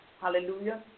Hallelujah